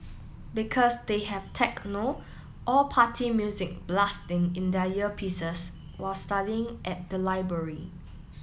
because they have techno or party music blasting in their earpieces while studying at the library